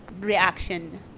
reaction